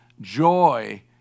Joy